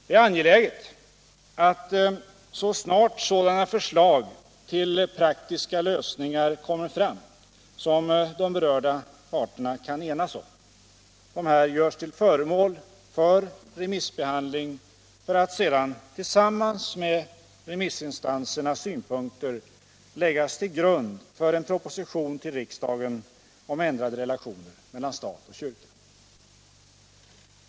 Det är angeläget att, så snart sådana förslag till praktiska lösningar kommer fram som de berörda parterna kan enas om, dessa görs till föremål för remissbehandling för att sedan tillsammans med remissinstansernas synpunkter läggas till grund för en proposition till riksdagen om ändrade relationer mellan stat och kyrka.